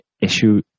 issue